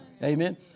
Amen